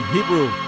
Hebrew